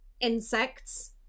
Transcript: insects